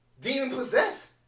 Demon-possessed